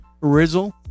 Rizzle